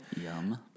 Yum